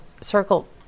circle